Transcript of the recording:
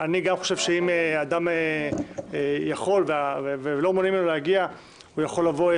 אני גם חושב שאם אדם יכול ולא מונעים ממנו להגיע הוא יכול לבוא,